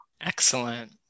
excellent